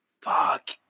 Fuck